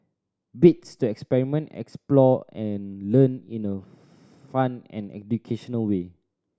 bits to experiment explore and learn in a fun and educational way